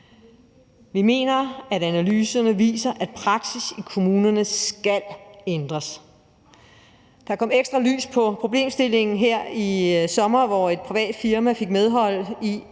Vi mener, at analyserne viser, at praksis i kommunerne skal ændres. Der kom ekstra lys på problemstillingen her i sommer, hvor et privat firma fik medhold i,